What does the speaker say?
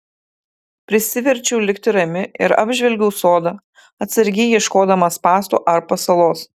prisiverčiau likti rami ir apžvelgiau sodą atsargiai ieškodama spąstų ar pasalos